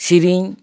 ᱥᱤᱨᱤᱧ